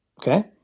okay